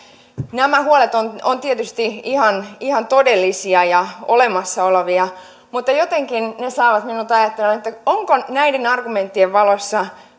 nämä huolet ovat tietysti ihan ihan todellisia ja olemassa olevia mutta jotenkin ne saavat minut ajattelemaan että onko näiden argumenttien valossa